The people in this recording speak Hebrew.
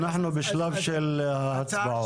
אנחנו בשלב של ההצבעות.